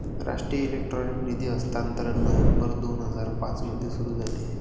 राष्ट्रीय इलेक्ट्रॉनिक निधी हस्तांतरण नोव्हेंबर दोन हजार पाँच मध्ये सुरू झाले